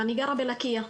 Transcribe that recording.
אני גרה בלקיה.